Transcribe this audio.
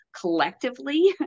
collectively